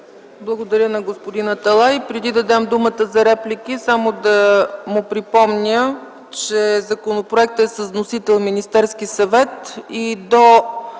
Благодаря на господин Аталай. Преди да дам думата за реплики, ще му припомня, че законопроектът е с вносител Министерския съвет